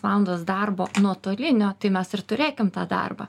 valandos darbo nuotolinio tai mes ir turėkim tą darbą